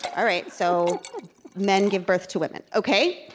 all right. so men give birth to women. ok,